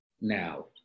now